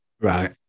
Right